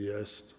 Jest.